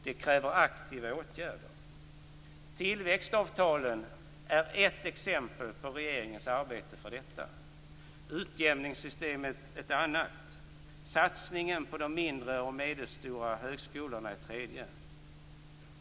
Det kräver aktiva åtgärder. Tillväxtavtalen är ett exempel på regeringens arbete för detta. Utjämningssystemet är ett annat. Satsningen på de mindre och medelstora högskolorna är ett tredje.